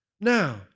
Now